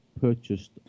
purchased